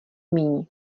míň